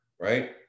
right